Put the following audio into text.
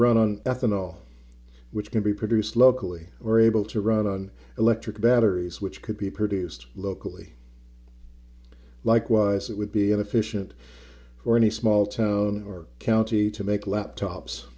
ethanol which can be produced locally or able to run on electric batteries which could be produced locally likewise it would be inefficient for any small town or county to make laptops